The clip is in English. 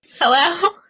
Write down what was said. Hello